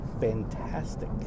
fantastic